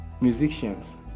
musicians